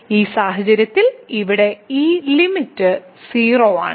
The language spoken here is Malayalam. ഈ സാഹചര്യത്തിൽ ഇവിടെ ഈ ലിമിറ്റ് 0 ആണ്